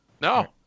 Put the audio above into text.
No